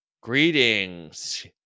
Greetings